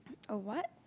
a what